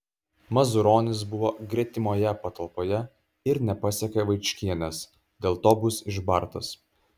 mazuronis buvo gretimoje patalpoje ir nepasiekė vaičkienės dėl to bus išbartas